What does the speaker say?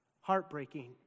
Heartbreaking